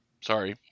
sorry